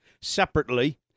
separately